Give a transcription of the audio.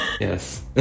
Yes